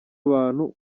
abantu